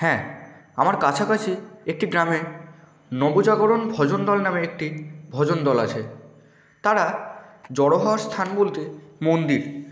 হ্যাঁ আমার কাছাকাছি একটি গ্রামে নবজাগরণ ভজন দল নামে একটি ভজন দল আছে তারা জড়ো হওয়ার স্থান বলতে মন্দির